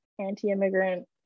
anti-immigrant